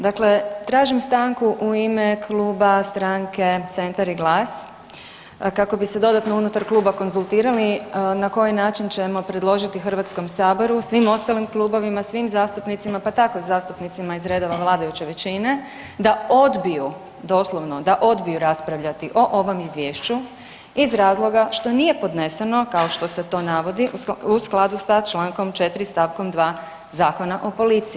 Dakle, tražim stanku u ime Kluba stranke Centar i GLAS kako bi se dodatno unutar kluba konzultirali na koji način ćemo predložiti HS i svim ostalim klubovima, svim zastupnicima, pa tako i zastupnicima iz redova vladajuće većine da odbiju, doslovno da odbiju raspravljati o ovom izvješću iz razloga što nije podneseno, kao što se to navodi, u skladu sa čl. 4. st. 2. Zakona o policiji.